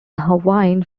hawaiian